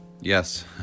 Yes